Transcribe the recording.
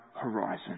horizon